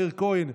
מאיר כהן,